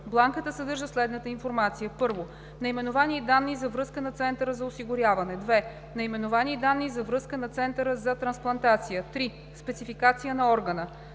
Бланката съдържа следната информация: 1. наименование и данни за връзка на центъра за осигуряване; 2. наименование и данни за връзка на центъра за трансплантация; 3. спецификация на органа;